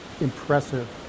impressive